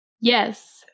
Yes